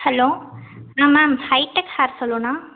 hello ah ma'am hi tech hair சலூனா